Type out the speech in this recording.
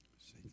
See